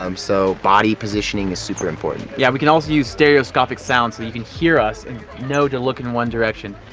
um so body positioning is super important. yeah we can also use stereoscopic sound so you can hear us and know to look in one direction.